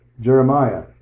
Jeremiah